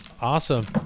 Awesome